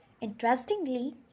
Interestingly